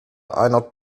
einer